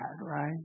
right